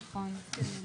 נכון.